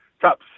top